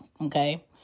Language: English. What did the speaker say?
Okay